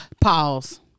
Pause